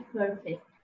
perfect